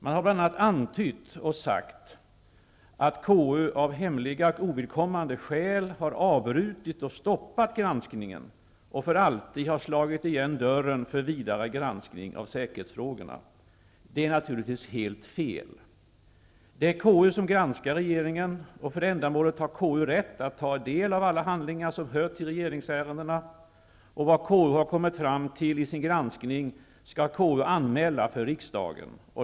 Man har bl.a. sagt att KU av hemliga, ovidkommande skäl har avbrutit och stoppat granskningen och för alltid slagit igen dörren för vidare granskning av säkerhetsfrågorna. Det är naturligtvis helt fel. Det är KU som granskar regeringen. För det ändamålet har KU rätt att ta del av alla handlingar som hör till regeringsärendena. Vad KU har kommit fram till i sin granskning skall KU anmäla för riksdagen.